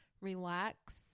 Relax